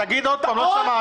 תגיד עוד פעם, לא שמענו.